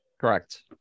Correct